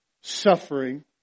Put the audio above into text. Suffering